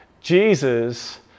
Jesus